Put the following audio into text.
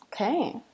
okay